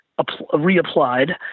reapplied